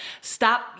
Stop